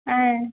ஆ